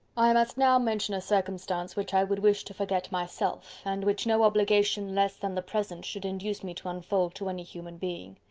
i must now mention a circumstance which i would wish to forget myself, and which no obligation less than the present should induce me to unfold to any human being.